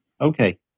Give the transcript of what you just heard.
Okay